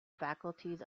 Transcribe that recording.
faculties